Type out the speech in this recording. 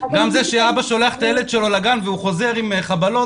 גם זה שאבא שולח את הילד שלו לגן והוא חוזר עם חבלות,